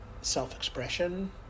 self-expression